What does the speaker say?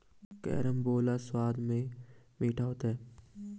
carambola स्वाद में मीठा होता है